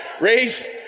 raise